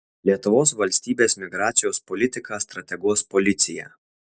lietuvos valstybės migracijos politiką strateguos policija